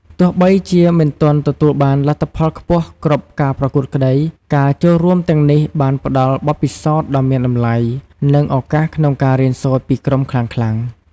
ទោះបីជាមិនទាន់ទទួលបានលទ្ធផលខ្ពស់គ្រប់ការប្រកួតក្តី ការចូលរួមទាំងនេះបានផ្ដល់បទពិសោធន៍ដ៏មានតម្លៃ និងឱកាសក្នុងការរៀនសូត្រពីក្រុមខ្លាំងៗ។